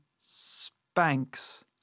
Spanks